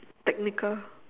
technical